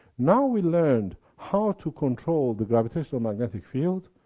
now we learned how to control the gravitational-magnetic field,